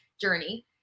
journey